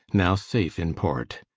now safe in port.